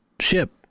ship